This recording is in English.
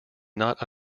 not